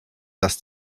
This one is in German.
dass